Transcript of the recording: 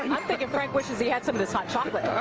i'm thinking frank wishes he had some of this hot chocolate.